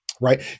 right